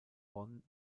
bonn